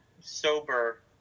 sober